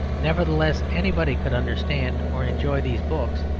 nevertheless anybody could understand or enjoy these books,